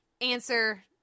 answer